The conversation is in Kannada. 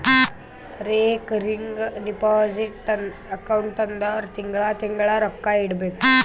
ರೇಕರಿಂಗ್ ಡೆಪೋಸಿಟ್ ಅಕೌಂಟ್ ಅಂದುರ್ ತಿಂಗಳಾ ತಿಂಗಳಾ ರೊಕ್ಕಾ ಇಡಬೇಕು